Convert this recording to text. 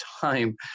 time